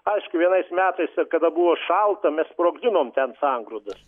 aišku vienais metais ir kada buvo šalta mes sprogdinom ten sangrūdas